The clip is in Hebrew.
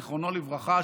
זיכרונו לברכה,